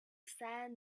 sand